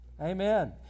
Amen